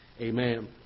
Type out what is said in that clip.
amen